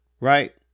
right